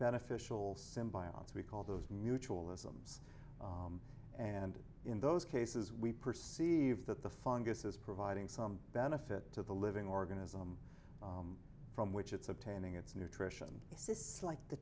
beneficial symbiotes we call those mutual isms and in those cases we perceive that the fungus is providing some benefit to the living organism from which it's obtaining its nutrition insists like the